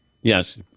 Yes